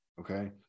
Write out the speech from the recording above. Okay